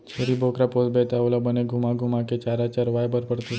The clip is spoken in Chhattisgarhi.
छेरी बोकरा पोसबे त ओला बने घुमा घुमा के चारा चरवाए बर परथे